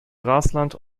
grasland